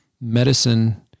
Medicine